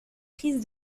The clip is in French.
prise